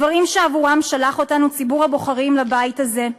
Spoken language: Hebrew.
דברים שעבורם שלח אותנו ציבור הבוחרים לבית הזה.